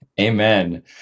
Amen